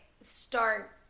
start